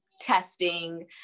testing